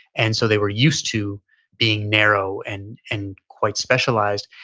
and so they were used to being narrow and and quite specialized.